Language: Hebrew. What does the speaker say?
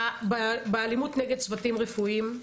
באלימות נגד צוותים רפואיים,